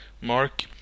mark